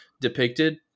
depicted